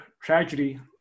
tragedy